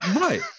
Right